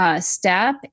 Step